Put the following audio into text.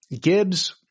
Gibbs